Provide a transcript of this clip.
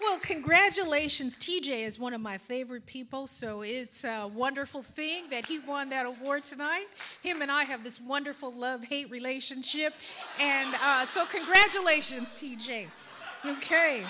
will congratulations t j is one of my favorite people so it's a wonderful thing that he won that award tonight him and i have this wonderful love hate relationship and so congratulations t j ok